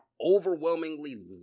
overwhelmingly